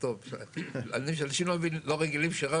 אנשים לא רגילים שרב